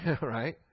Right